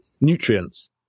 nutrients